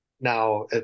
now